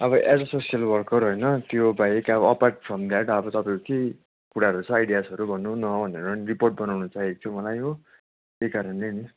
अब as a social worker होइन त्योबाहेक अब अपार्ट फ्रम द्याट अब तपाईँको केही कुराहरू छ आइडियाजहरू भन्नु न भनेर नि रिपोर्ट बनाउनु चाहेकोथियो मलाई हो त्यही कारणले नि